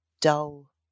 dull